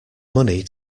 money